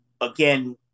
again